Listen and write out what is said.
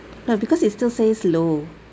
no because it still says low